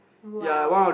wow